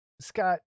Scott